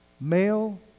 Male